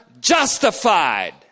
justified